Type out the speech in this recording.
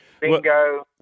bingo